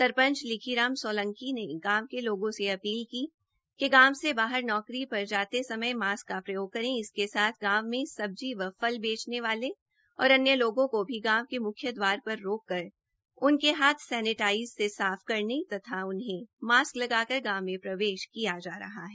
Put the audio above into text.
सरपंच लिखीराम सौलौंकी ने गांव के लोगों से अपील की है कि गांव से बाहर नौकरी पर जाते समय मॉस्क का प्रयोग करें इसके साथ गांव में सब्जी व फल बेचने वाले व अन्य लोगों को भी गांव के मुख्य द्वार पर रोककर उनके हाथ सेनेटाईजर से साफ कराने तथा उन्हें मॉस्क लगाकर गांव में प्रवेश किया जा रहा है